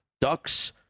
Ducks